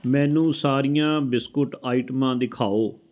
ਮੈਨੂੰ ਸਾਰੀਆਂ ਬਿਸਕੁਟ ਆਈਟਮਾਂ ਦਿਖਾਓ